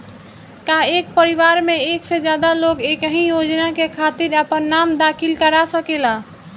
का एक परिवार में एक से ज्यादा लोग एक ही योजना के खातिर आपन नाम दाखिल करा सकेला?